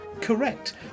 Correct